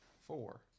Four